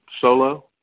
solo